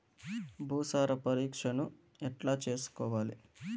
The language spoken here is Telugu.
భూసార పరీక్షను ఎట్లా చేసుకోవాలి?